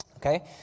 Okay